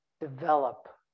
develop